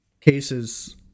cases